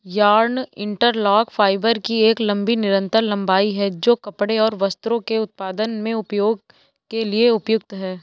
yarn interlock fibre की एक लंबी निरंतर लंबाई है, जो कपड़े और वस्त्रों के उत्पादन में उपयोग के लिए उपयुक्त है